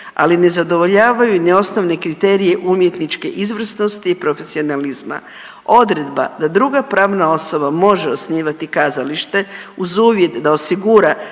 ali ne zadovoljavaju ni osnovne kriterije umjetničke izvrsnosti i profesionalizma. Odredba da druga pravna osoba može osnivati kazalište uz uvjet da osigura